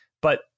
But-